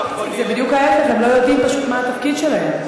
זה בדיוק ההפך, הם לא יודעים פשוט מה התפקיד שלהם.